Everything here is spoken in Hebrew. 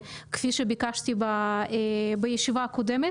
כפי שביקשתי בישיבה הקודמת,